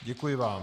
Děkuji vám.